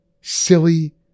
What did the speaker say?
silly